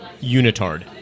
unitard